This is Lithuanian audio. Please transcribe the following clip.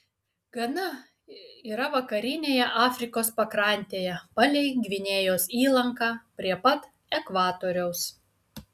gana yra vakarinėje afrikos pakrantėje palei gvinėjos įlanką prie pat ekvatoriaus